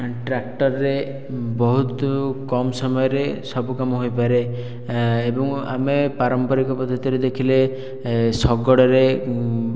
ଟ୍ରାକଟରରେ ବହୁତ କମ ସମୟରେ ସବୁ କାମ ହୋଇପାରେ ଏବଂ ଆମେ ପାରମ୍ପରିକ ପଦ୍ଧତିରେ ଦେଖିଲେ ଶଗଡ଼ରେ